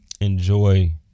enjoy